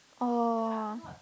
oh